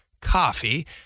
Coffee